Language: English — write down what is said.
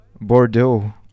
Bordeaux